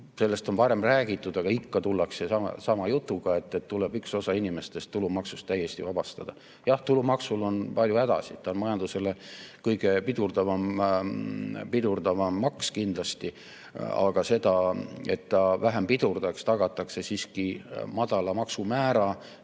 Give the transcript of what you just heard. Sellest on varem räägitud, aga ikka tullakse sama jutuga, et tuleb üks osa inimestest tulumaksust täiesti vabastada. Jah, tulumaksul on palju hädasid, ta on majandusele kõige pidurdavam maks kindlasti. See, et ta vähem pidurdaks, tagatakse siiski madala maksumäära